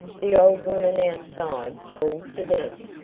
the old woman outside called to them,